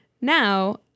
now